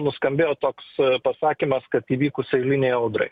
nuskambėjo toks pasakymas kad įvykus eilinei audrai